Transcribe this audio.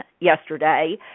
yesterday